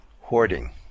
Hoarding